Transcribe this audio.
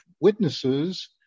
witnesses